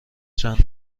چند